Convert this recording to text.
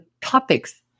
topics